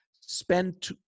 spend